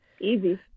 Easy